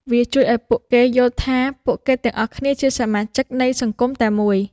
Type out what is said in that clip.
វាជួយឱ្យពួកគេយល់ថាពួកគេទាំងអស់គ្នាជាសមាជិកនៃសង្គមតែមួយ។